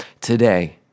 Today